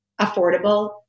affordable